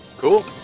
Cool